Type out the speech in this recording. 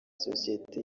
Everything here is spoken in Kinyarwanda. sosiyete